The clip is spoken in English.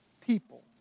people